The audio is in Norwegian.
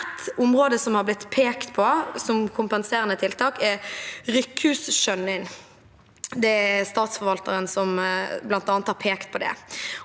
Et område som har blitt pekt på som kompenserende tiltak, er Rykkhustjønnin. Det er statsforvalteren som har pekt på det.